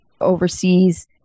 overseas